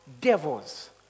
devils